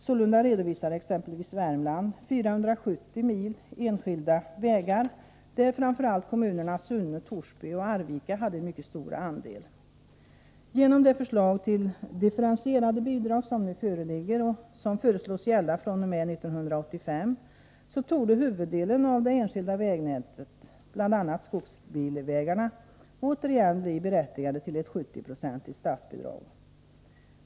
Sålunda redovisade t.ex. Värmland 470 mil enskilda vägar; framför allt kommunerna Sunne, Torsby och Arvika hade en mycket stor andel av dessa. Vid ett genomförande av det förslag till differentierade bidrag som nu föreligger och som skulle gälla fr.o.m. 1985 torde huvuddeln av det enskilda vägnätet, bl.a. skogsbilvägarna, återigen bli berättigade till ett 70-procentigt statsbidrag.